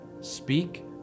Speak